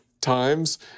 times